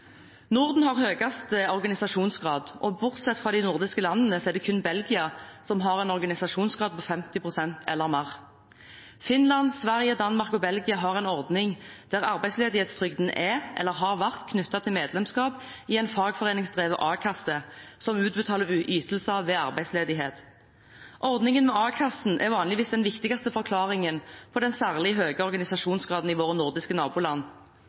Norden har høyest organisasjonsgrad, og bortsett fra de nordiske landene er det kun Belgia som har en organisasjonsgrad på 50 pst. eller mer. Finland, Sverige, Danmark og Belgia har en ordning der arbeidsledighetstrygden er eller har vært knyttet til medlemskap i en fagforeningsdrevet a-kasse som utbetaler ytelser ved arbeidsledighet. Ordningen med a-kassen er vanligvis den viktigste forklaringen på den særlig høye organisasjonsgraden i våre nordiske naboland.